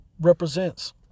represents